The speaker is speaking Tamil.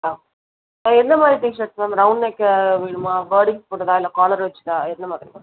ஆ எந்தமாதிரி டீ ஷர்ட்ஸ் போட்னு ரவுண்ட் நெக்கு வேணுமா வேர்டிங்ஸ் போட்டதா இல்லை காலர் வச்சதா எந்தமாதிரி மேம்